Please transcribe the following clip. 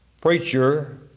preacher